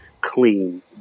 clean